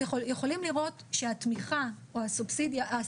אתם יכולים לראות שהתמיכה או הסובסידיה,